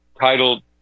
titled